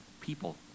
people